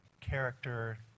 character